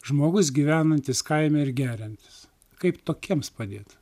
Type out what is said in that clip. žmogus gyvenantis kaime ir geriantis kaip tokiems padėt